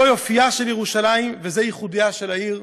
זה יופייה של ירושלים וזה ייחודה של העיר.